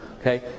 okay